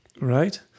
Right